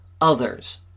others